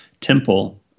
Temple